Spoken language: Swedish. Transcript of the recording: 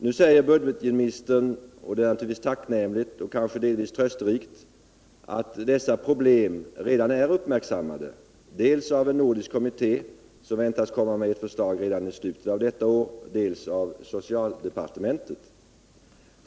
Nu säger budgetministern, och det är naturligtvis tacknämligt och kanske delvis trösterikt, att dessa problem har uppmärksammats, dels av en nordisk kommitté som väntas komma med ett förslag redan i slutet av detta år, dels av socialdepartementet.